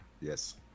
Yes